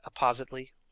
appositely